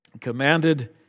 commanded